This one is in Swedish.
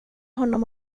honom